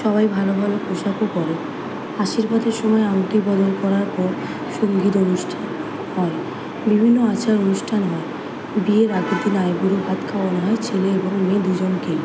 সবাই ভালো ভালো পোশাকও পরে আশীর্বাদের সময় আংটি বদল করার পর সঙ্গীত অনুষ্ঠান হয় বিভিন্ন আচার অনুষ্ঠান হয় বিয়ের আগের দিন আইবুড়োভাত খাওয়ানো হয় ছেলে এবং মেয়ে দুজনকেই